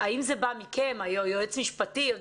האם זה בא מכם, יועץ משפטי?